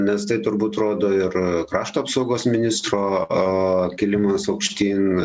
nes tai turbūt rodo ir krašto apsaugos ministro a kilimas aukštyn